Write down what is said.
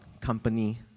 company